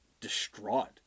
distraught